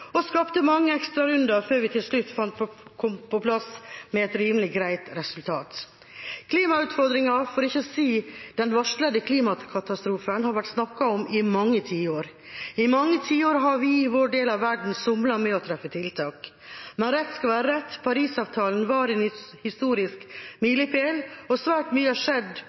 og skapte mange ekstrarunder før vi til slutt kom på plass med et rimelig greit resultat. Klimautfordringene, for ikke å si den varslede klimakatastrofen, har vært snakket om i mange tiår. I mange tiår har vi i vår del av verden somlet med å treffe tiltak, men rett skal være rett: Paris-avtalen var en historisk milepæl, og svært mye har skjedd